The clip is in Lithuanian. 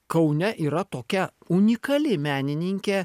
kaune yra tokia unikali menininkė